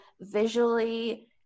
visually